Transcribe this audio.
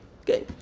Okay